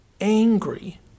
angry